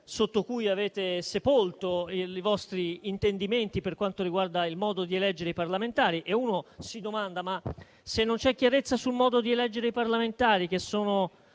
sotto cui avete sepolto i vostri intendimenti per quanto riguarda il modo di eleggere i parlamentari. Se non c'è chiarezza sul modo di eleggere i parlamentari, che sono